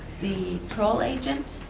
the parole agent